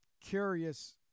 curious